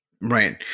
Right